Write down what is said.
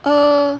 err